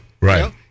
right